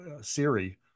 Siri